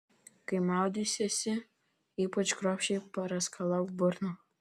kai maudysiesi ypač kruopščiai praskalauk burną